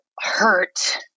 hurt